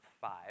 five